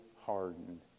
hardened